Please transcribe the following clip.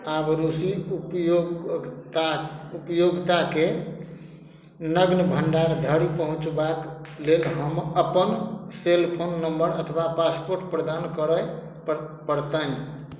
आब रूसी उपयोगिता उपयोगिताके नग्न भण्डार धरि पहुँचबाक लेल हम अपन सेलफोन नंबर अथवा पासपोर्ट प्रदान करय पड़तनि